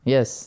Yes